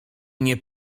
nie